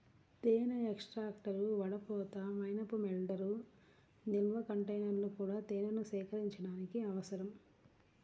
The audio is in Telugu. తేనె ఎక్స్ట్రాక్టర్, వడపోత, మైనపు మెల్టర్, నిల్వ కంటైనర్లు కూడా తేనెను సేకరించడానికి అవసరం